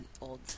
old